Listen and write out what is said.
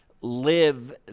live